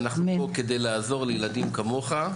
ואנחנו פה כדי לעזור לילדים כמוך,